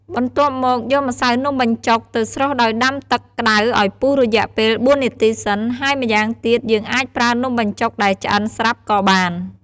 បន្ទាប់មកយកម្សៅនំបញ្ចុក ទៅស្រុះដោយដាំទឹកក្តៅឱ្យពុះរយៈពេល៤នាទីសិន ហើយម្យ៉ាងទៀតយើងអាចប្រើនំបញ្ចុកដែលឆ្អិនស្រាប់ក៏បាន។